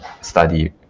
study